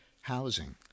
housing